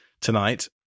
tonight